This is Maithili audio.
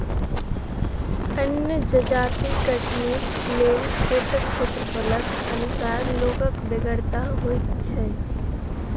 अन्न जजाति कटनीक लेल खेतक क्षेत्रफलक अनुसार लोकक बेगरता होइत छै